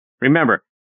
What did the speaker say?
Remember